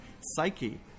psyche